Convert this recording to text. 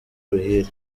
ruhire